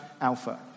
alpha